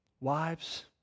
Wives